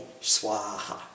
Swaha